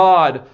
God